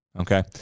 Okay